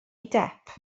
depp